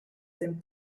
dem